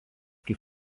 kaip